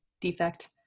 defect